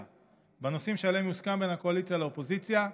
בנושאים שעליהם יוסכם בין הקואליציה לאופוזיציה.